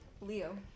Leo